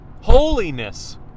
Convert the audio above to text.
holiness